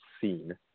seen